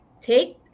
take